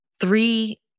three